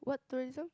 what tourism